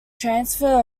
transfer